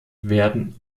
werden